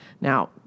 Now